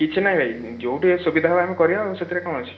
କିଛି ନାହିଁ ଭାଇ ଯେଉଁଠି ସୁବିଧା ହବ ସେଇଠି କରିବା ଆଉ ସେଥିରେ କ'ଣ ଅଛି